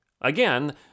Again